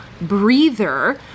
breather